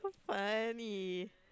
funny